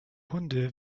hunde